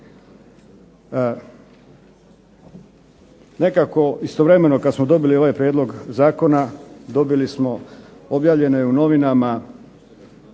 Nekako istovremeno kad smo dobili ovaj prijedlog zakona, dobili smo, objavljeno je u novinama,